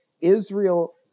Israel